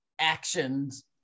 actions